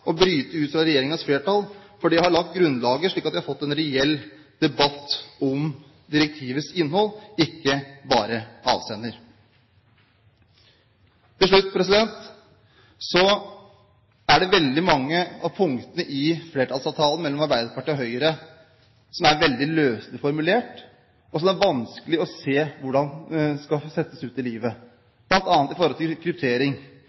å bryte ut fra regjeringens flertall i en så viktig sak. For det har lagt grunnlaget, slik at vi har fått en reell debatt om direktivets innhold, ikke bare avsender. Til slutt: Det er veldig mange av punktene i flertallsavtalen mellom Arbeiderpartiet og Høyre som er veldig løselig formulert, og som det er vanskelig å se hvordan skal settes ut i